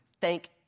thank